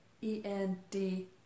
E-N-D